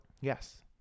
Yes